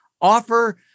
Offer